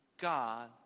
God